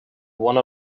one